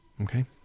Okay